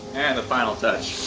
and the final touch!